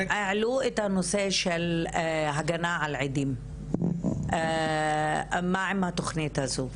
העלו את הנושא של הגנה על עדים - מה עם התוכנית הזאת?